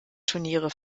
turniere